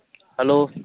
hello